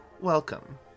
Welcome